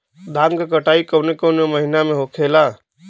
धान क कटाई कवने महीना में होखेला?